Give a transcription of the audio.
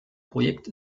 projekt